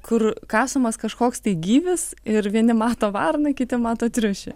kur kasamas kažkoks tai gyvis ir vieni mato varną kiti mato triušį